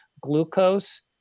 glucose